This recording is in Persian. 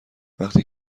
وقتی